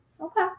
Okay